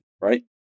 right